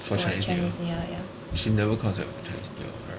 for chinese new year she never comes back for chinese new year [what] correct